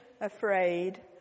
afraid